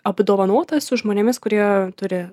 apdovanota esu žmonėmis kurie turi